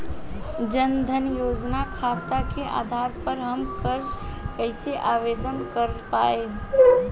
जन धन योजना खाता के आधार पर हम कर्जा कईसे आवेदन कर पाएम?